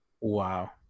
Wow